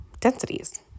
densities